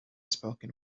spoken